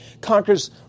conquers